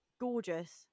gorgeous